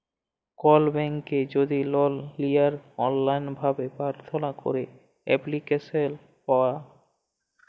call ব্যাংকে যদি লল লিয়ার অললাইল ভাবে পার্থনা ক্যইরে এপ্লিক্যাসল পাউয়া